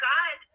God